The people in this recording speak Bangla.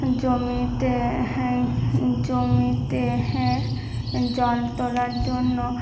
জমিতে জমিতে হ্যাঁ জল তোলার জন্য